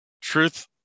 Truth